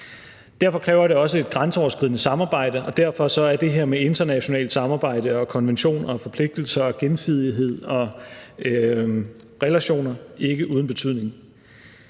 Derfor kræver det også et grænseoverskridende samarbejde, og derfor er det her med internationalt samarbejde og konventioner og forpligtelser og gensidighed og relationer ikke uden betydning.